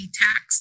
tax